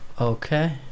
Okay